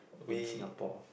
in Singapore